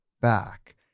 back